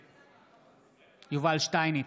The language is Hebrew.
נגד יובל שטייניץ,